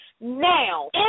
Now